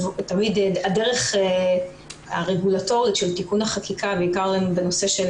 הדרך הרגולטורית של תיקון החקיקה בעיקר בנושא של